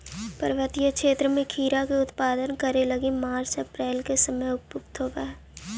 पर्वतीय क्षेत्र में खीरा के उत्पादन करे लगी मार्च अप्रैल के समय उपयुक्त होवऽ हई